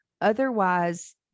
Otherwise